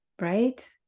Right